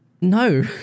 No